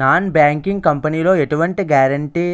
non banking company లో ఎటువంటి guarantee